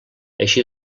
així